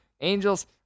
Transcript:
Angels